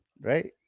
Right